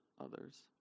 others